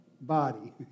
body